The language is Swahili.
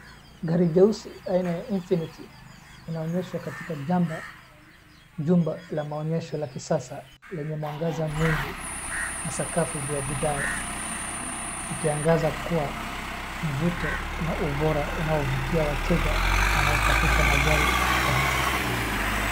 Gari jeusi aina ya Infinity linaonyeshwa katika jumba la maonyesho la kisasa lenye mwangaza mwingi na sakafu vya vigae ikiangaza kuwa mvuto na ubora unaovutia wateja wanaotafuta magari ya kifahari.